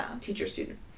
teacher-student